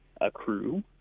accrue